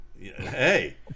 Hey